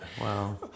Wow